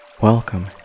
welcome